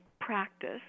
practice